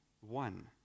one